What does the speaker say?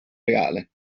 reale